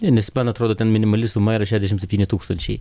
nes man atrodo ten minimali suma šešiasdešimt septyni tūkstančiai